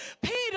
Peter